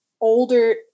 older